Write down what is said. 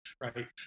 right